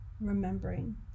remembering